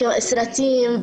משרד שנותן מענה משלים,